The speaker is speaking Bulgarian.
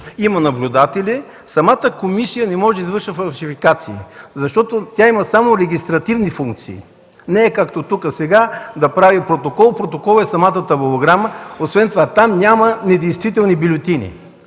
Има наблюдатели. Самата комисия не може да извършва фалшификации, защото тя има само регистративни функции. Не е както тук – да прави протокол, протокол е самата табулограма. Освен това, там няма недействителни бюлетини.